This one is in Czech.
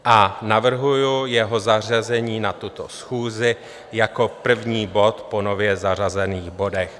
A navrhuji jeho zařazení na tuto schůzi jako první bod po nově zařazených bodech.